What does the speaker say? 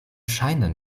scheine